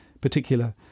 particular